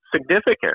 significant